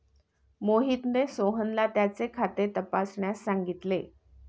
मोहितने सोहनला त्याचे खाते तपासण्यास सांगितले